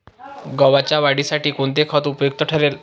गव्हाच्या वाढीसाठी कोणते खत उपयुक्त ठरेल?